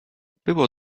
było